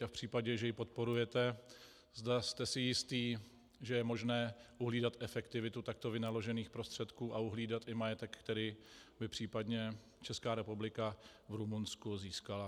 A v případě, že ji podporujete, zda jste si jistý, že je možné uhlídat efektivitu takto vynaložených prostředků a uhlídat i majetek, který by případně Česká republika v Rumunsku získala.